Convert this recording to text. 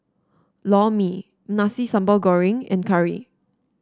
Lor Mee Nasi Sambal Goreng and curry